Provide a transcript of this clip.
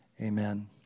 amen